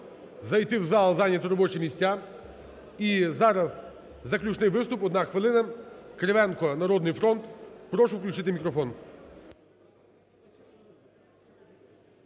зайти в зал, зайняти робочі місця. І зараз заключний виступ, 1 хвилина. Кривенко, "Народний фронт". Прошу включити мікрофон.